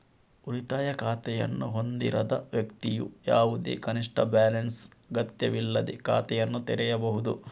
ಉಳಿತಾಯ ಖಾತೆಯನ್ನು ಹೊಂದಿರದ ವ್ಯಕ್ತಿಯು ಯಾವುದೇ ಕನಿಷ್ಠ ಬ್ಯಾಲೆನ್ಸ್ ಅಗತ್ಯವಿಲ್ಲದೇ ಖಾತೆಯನ್ನು ತೆರೆಯಬಹುದು